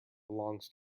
belongs